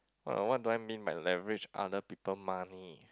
what what do I mean by leverage other people money